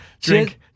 drink